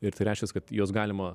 ir tai reiškias kad juos galima